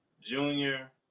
Junior